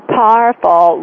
powerful